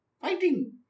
fighting